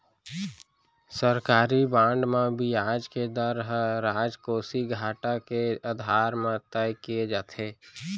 सरकारी बांड म बियाज के दर ह राजकोसीय घाटा के आधार म तय किये जाथे